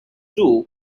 took